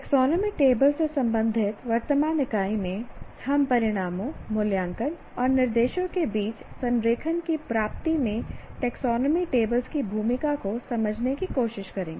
taxonomy tables से संबंधित वर्तमान इकाई में हम परिणामों मूल्यांकन और निर्देशों के बीच संरेखण की प्राप्ति में टेक्सोनोमी टेबल्स की भूमिका को समझने की कोशिश करेंगे